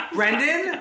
Brendan